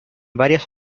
varias